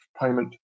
payment